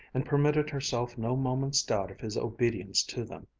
and permitted herself no moment's doubt of his obedience to them.